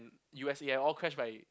U_S_A all crashed by